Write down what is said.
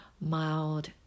mild